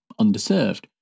underserved